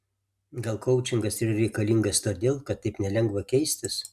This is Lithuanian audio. gal koučingas yra reikalingas todėl kad taip nelengva keistis